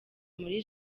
muri